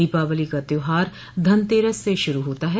दिवाली का त्योहार धनतेरस से शुरू होता है